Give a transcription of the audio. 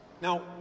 Now